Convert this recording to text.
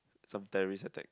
some terrorist attack thing